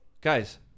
guys